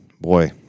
boy